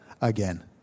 again